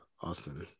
Austin